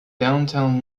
downtown